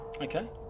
Okay